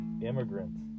immigrants